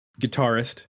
guitarist